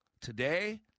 today